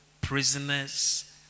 prisoners